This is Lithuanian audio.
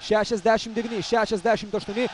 šešiasdešim devyni šešiasdešim aštuoni